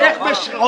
איך?